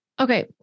okay